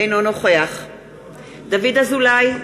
אינו נוכח דוד אזולאי,